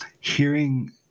Hearing